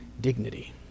dignity